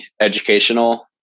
educational